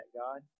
God